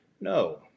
No